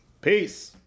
Peace